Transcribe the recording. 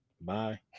Bye